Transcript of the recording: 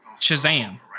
Shazam